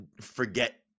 forget